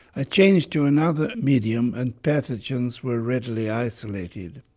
i changed to another medium and pathogens were readily isolated.